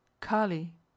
Kali